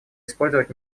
использовать